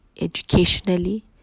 educationally